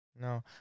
No